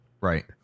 Right